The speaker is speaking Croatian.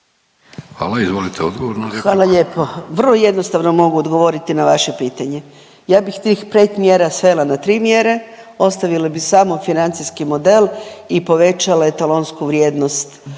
Anka (GLAS)** Hvala lijepo. Vrlo jednostavno mogu odgovoriti na vaše pitanje. Ja bih tih 5 mjera svela na 3 mjere, ostavila bi samo financijski model i povećala etalonsku vrijednost